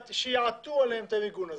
שיעטו עליהם את המיגון הזה,